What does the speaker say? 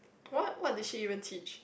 what what did she even teach